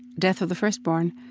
death of the first born,